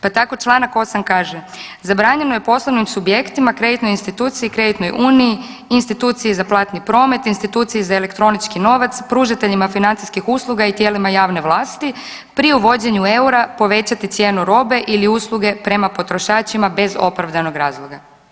Pa tako čl. 8 kaže, zabranjeno je poslovnim subjektima kreditnoj instituciji i kreditnoj uniji, instituciji za platni promet, instituciji za elektronički novac, pružateljima financijskih usluga i tijelima javne vlasti pri uvođenju eura povećati cijenu robe ili usluge prema potrošačima bez opravdanog razloga.